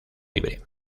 libre